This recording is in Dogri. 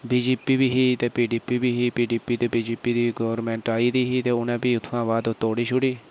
बी जे पी बी ही ते पी डी पी ही बी जे पी ते पी डी पी दी गोरमैंट आई दी ही उनें फ्ही उत्थुआं दा तोड़ी छुड़ी